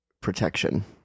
protection